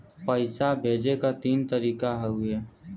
पइसा भेजे क तीन तरीका हउवे